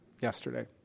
yesterday